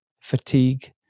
fatigue